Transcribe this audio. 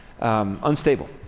unstable